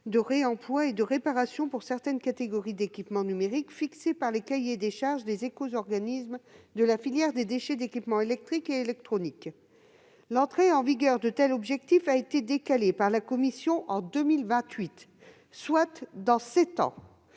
de réemploi et de réparation pour certaines catégories d'équipements numériques, objectifs fixés par le cahier des charges des éco-organismes de la filière des déchets d'équipements électriques et électroniques. Or l'entrée en vigueur de tels objectifs a été décalée par la commission en 2028, soit dans sept ans.